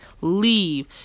leave